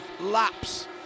laps